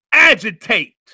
Agitate